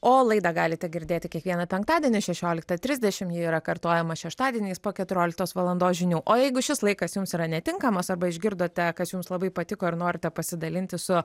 o laidą galite girdėti kiekvieną penktadienį šešioliktą trisdešimt ji yra kartojama šeštadieniais po keturioliktos valandos žinių o jeigu šis laikas jums yra netinkamas arba išgirdote kas jums labai patiko ir norite pasidalinti su